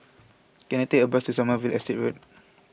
can I take a bus to Sommerville Estate Road